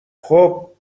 خوب